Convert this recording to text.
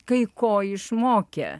kai ko išmokė